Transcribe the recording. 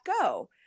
go